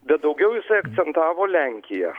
bet daugiau jisai akcentavo lenkiją